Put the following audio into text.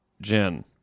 Jen